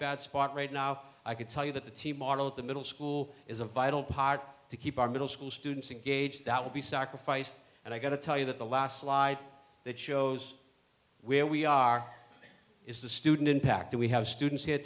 bad spot right now i can tell you that the teen model at the middle school is a vital part to keep our middle school students engaged that would be sacrificed and i got to tell you that the last slide that shows where we are is the student impact that we have students here